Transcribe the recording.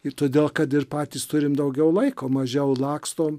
ir todėl kad ir patys turim daugiau laiko mažiau lakstom